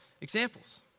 examples